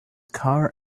car